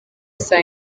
saa